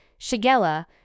Shigella